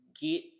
get